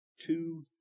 Two